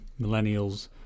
millennials